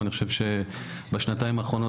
אני חושב שבשנתיים האחרונות,